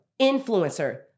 influencer